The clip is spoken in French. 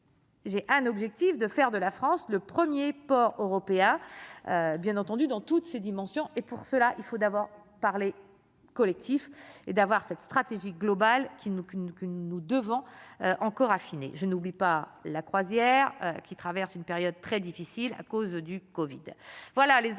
J'ai un objectif de faire de la France le 1er port européen, bien entendu, dans toutes ses dimensions et, pour cela, il faut d'abord parler collectif et d'avoir cette stratégie globale qui qu'une que nous devons encore affiner je n'oublie pas la croisière qui traverse une période très difficile à cause du Covid